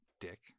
dick